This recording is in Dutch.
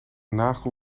nagel